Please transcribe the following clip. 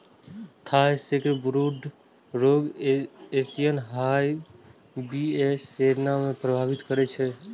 Thai sacbrood रोग Asian hive बी.ए सेराना कें प्रभावित करै छै